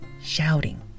shouting